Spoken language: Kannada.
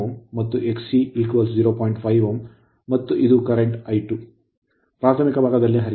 5 Ω ಮತ್ತು ಇದು ಪ್ರಸ್ತುತ I2 ಪ್ರಾಥಮಿಕ ಭಾಗದಲ್ಲಿ ಹರಿಯುತ್ತದೆ ಮತ್ತು I1 I 0 I2